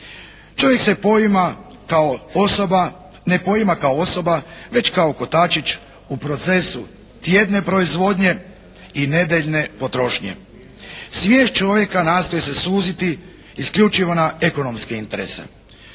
Čovjek se ne poima kao osoba, već kao kotačić u procesu tjedne proizvodnje i nedjeljne potrošnje. Svijest čovjeka nastoji se suziti isključivo na ekonomske interese.